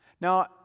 Now